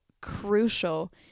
crucial